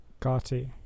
Gotti